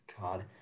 God